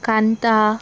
Kanta